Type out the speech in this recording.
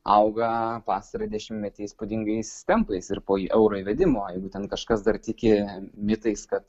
auga pastarąjį dešimtmetį įspūdingais tempais ir po euro įvedimo jeigu ten kažkas dar tiki mitais kad